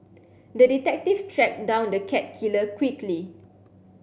the detective tracked down the cat killer quickly